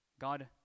God